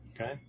okay